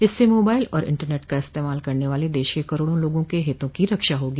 इससे मोबाइल और इंटरनेट का इस्तेमाल करने वाले देश के करोड़ों लोगों के हितों की रक्षा होगी